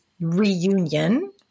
reunion